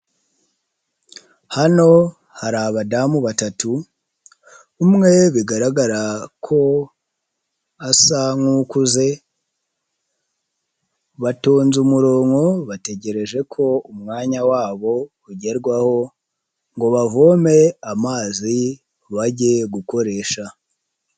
Hano hari abadamu batatu umwe bigaragara ko asa nk'ukuze, batonze umurongo batekereje ko umwanya wabo ugerwaho ngo bavome amazi bajye gukoresha.